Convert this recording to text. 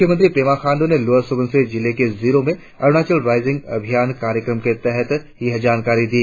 मुख्यमंत्री पेमा खांडू ने लोअर सुबनसिरी जिले के जीरो में अरुणाचल राईजिंग अभियान कार्यक्रम के तहत यह जानकारी दी